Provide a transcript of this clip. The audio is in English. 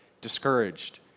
discouraged